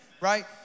right